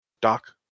Doc